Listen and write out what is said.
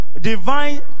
divine